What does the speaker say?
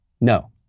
No